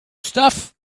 stuff